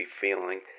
feeling